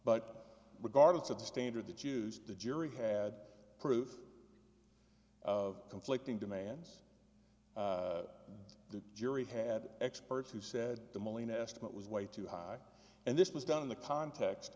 but regardless of the standard that use the jury had proof of conflicting demands the jury had experts who said the moline estimate was way too high and this was done in the context